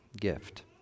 gift